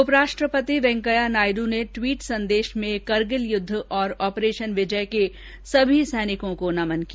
उपराष्ट्रपति वेंकैया नायडू ने ट्वीट संदेश में करगिल युद्ध और ऑपरेशन विजय के सभी सैनिकों को नमन किया